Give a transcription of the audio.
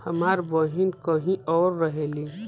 हमार बहिन कहीं और रहेली